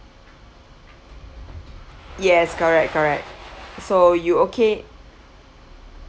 yes correct correct so you okay